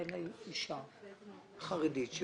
אני